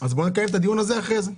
בוא נקיים את הדיון הזה אחרי זה.